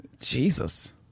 jesus